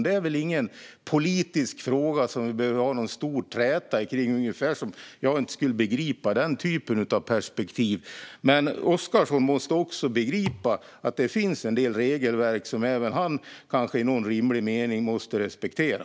Det är väl ingen politisk fråga som vi behöver ha någon stor träta kring, som om jag inte skulle begripa den typen av perspektiv. Men Oscarsson måste också begripa att det finns en del regelverk som även han kanske rimligen måste respektera.